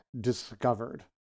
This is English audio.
discovered